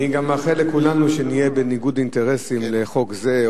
אני גם מאחל לכולנו שנהיה בניגוד אינטרסים בחוק זה,